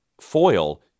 foil